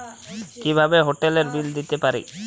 কিভাবে হোটেলের বিল দিতে পারি?